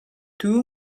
two